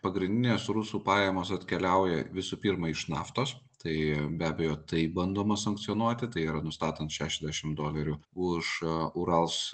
pagrindinės rusų pajamos atkeliauja visų pirma iš naftos tai be abejo tai bandoma sankcionuoti tai yra nustatant šešiasdešimt dolerių už urals